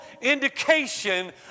indication